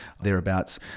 thereabouts